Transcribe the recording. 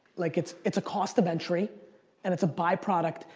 like it's it's a cost of entry and it's a byproduct,